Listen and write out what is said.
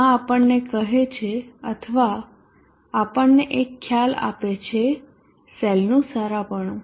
આ આપણને કહે છે અથવા આપણને એક ખ્યાલ આપે છે સેલનું સારાપણું